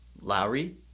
Lowry